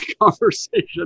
conversation